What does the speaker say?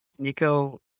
Nico